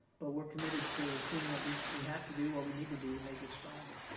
but we're committed to seeing what we we have to do, what we need to do to make it stronger.